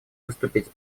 выступить